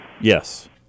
yes